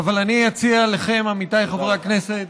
אבל אני אציע לכם, עמיתיי חברי הכנסת,